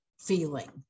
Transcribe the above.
feeling